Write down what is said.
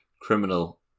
criminal